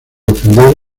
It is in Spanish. ofender